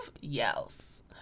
Yes